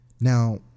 now